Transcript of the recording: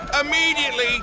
immediately